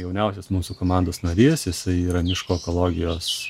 jauniausias mūsų komandos narys jisai yra miško ekologijos